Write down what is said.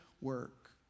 work